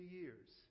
years